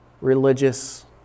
religious